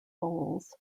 foals